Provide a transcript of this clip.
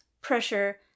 pressure